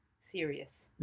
serious